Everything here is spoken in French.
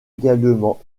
également